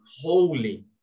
holy